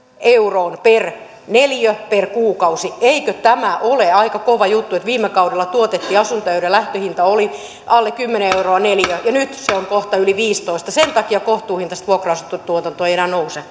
euroon per neliö per kuukausi eikö tämä ole aika kova juttu että viime kaudella tuotettiin asuntoja joiden lähtöhinta oli alle kymmenen euroa neliö ja nyt se on kohta yli viisitoista sen takia kohtuuhintaisten vuokra asuntojen tuotanto ei enää nouse